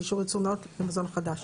אישור ייצור נאות למזון חדש.